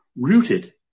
Rooted